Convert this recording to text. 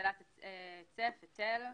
הטלת היטל2.